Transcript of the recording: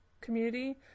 community